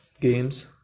games